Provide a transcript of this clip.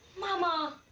momma,